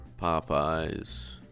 Popeyes